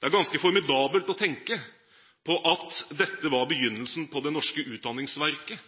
Det er ganske formidabelt å tenke på at dette var begynnelsen på det norske utdanningsverket,